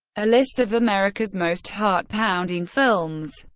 a list of america's most heart-pounding films.